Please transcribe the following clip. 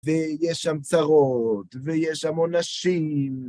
ויש שם צרות, ויש שם עונשים.